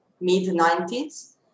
mid-90s